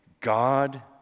God